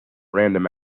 random